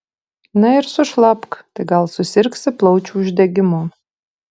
na ir sušlapk tai gal susirgsi plaučių uždegimu